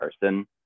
person